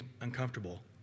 uncomfortable